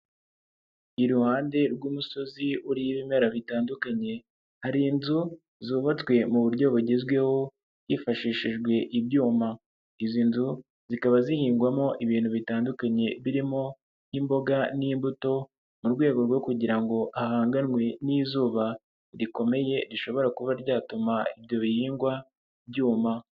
Iruhande rw'umusozi uriho ibimera bitandukanye, hari inzu zubatswe mu buryo bugezweho hifashishijwe ibyuma, izi nzu zikaba zihingwamo ibintu bitandukanye birimo nk'imboga n'imbuto mu rwego rwo kugira ngo hahanganwe n'izuba rikomeye rishobora kuba ryatuma ibyo bihingwa byuma.